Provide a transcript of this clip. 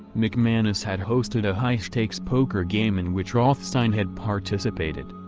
mcmanus had hosted a high-stakes poker game in which rothstein had participated.